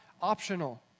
optional